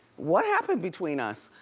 what happened between us?